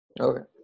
Okay